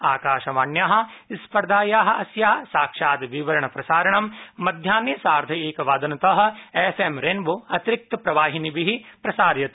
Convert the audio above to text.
आकाशवाण्याः स्पर्धायाः अस्याः साक्षात् विवरणप्रसारणं मध्याहे सार्थ एकवादनतः एफएमरेनबो अतिरिक्त प्रवाहिनीभिः प्रसार्यते